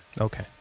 Okay